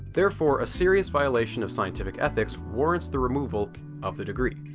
therefore a serious violation of scientific ethics warrants the removal of the degree.